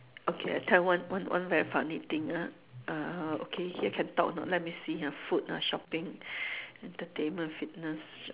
okay I tell you one one one very funny thing ah uh okay here can talk or not let me see ha food ah shopping entertainment fitness